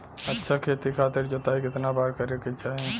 अच्छा खेती खातिर जोताई कितना बार करे के चाही?